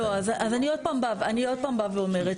לא, אז אני עוד פעם באה, אני עוד פעם באה ואומרת.